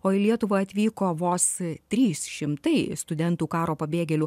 o į lietuvą atvyko vos trys šimtai studentų karo pabėgėlių